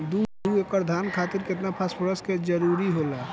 दु एकड़ धान खातिर केतना फास्फोरस के जरूरी होला?